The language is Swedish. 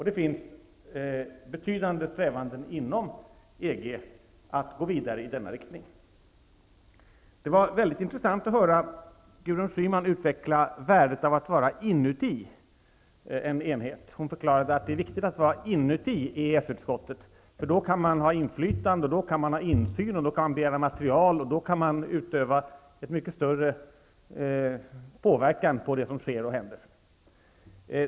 Det förekommer betydande strävanden inom EG att gå vidare i denna riktning. Det var mycket intressant att höra Gudrun Schyman utveckla värdet av att vara ''inuti'' en enhet. Hon förklarade att det var viktigt att vara ''inuti'' EES-utskottet, eftersom man då har insyn, kan få material och därmed utöva en mycket större påverkan på det som händer och sker.